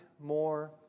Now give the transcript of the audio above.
more